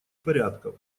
порядков